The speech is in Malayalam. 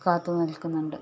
നിൽക്കുന്നത്